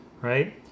right